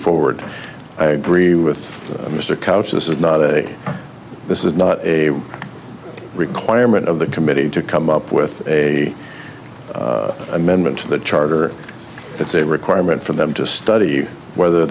forward i agree with mr couch this is not a this is not a requirement of the committee to come up with a amendment to the charter it's a requirement for them to study whether